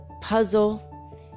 puzzle